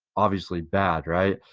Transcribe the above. obviously bad right?